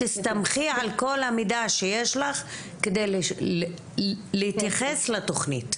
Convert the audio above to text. תסתמכי על כל המידע שיש לך כדי להתייחס לתכנית.